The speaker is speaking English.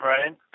Right